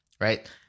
right